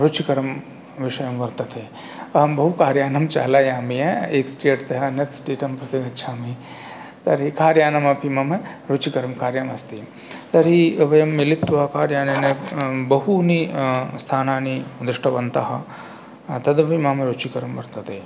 रुचिकरं विषयं वर्तते अहं बहु कार् यानं चालयामि एक स्टेट्तः नेक्स्ट् स्टेटं प्रतिगच्छामि तर्हि कार् यानम् अपि मम रुचिकरं कार्यम् अस्ति तर्हि वयं मिलित्वा कार् यानेन बहूनि स्थानानि दृष्टवन्तः तदपि मम रुचिकरं वर्तते इति